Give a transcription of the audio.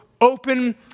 open